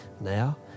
Now